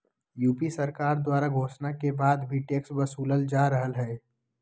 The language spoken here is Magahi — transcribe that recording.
यू.पी सरकार द्वारा घोषणा के बाद भी टैक्स वसूलल जा रहलय